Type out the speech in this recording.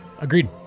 Agreed